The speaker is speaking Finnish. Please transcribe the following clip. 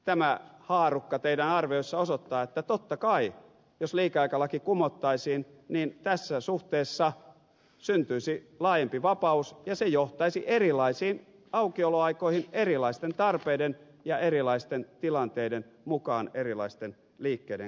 tämä haarukka teidän arvioissanne osoittaa että totta kai jos liikeaikalaki kumottaisiin niin tässä suhteessa syntyisi laajempi va paus ja se johtaisi erilaisiin aukioloaikoihin erilaisten tarpeiden ja erilaisten tilanteiden mukaan erilaisten liikkeiden kohdalla